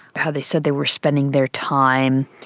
how they said they were spending their time,